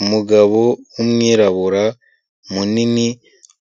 Umugabo w'umwirabura munini